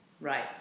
Right